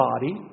body